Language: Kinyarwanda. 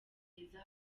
heza